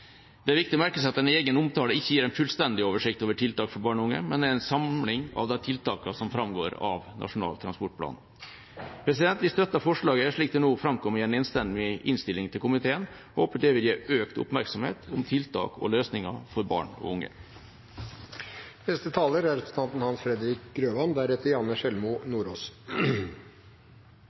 Det er viktig å merke seg at en egen omtale ikke gir en fullstendig oversikt over tiltak for barn og unge, men er en samling av de tiltakene som framgår av Nasjonal transportplan. Vi støtter forslaget til vedtak slik det framkom i komiteens enstemmige innstilling, og håper det vil gi økt oppmerksomhet om tiltak og løsninger for barn og unge.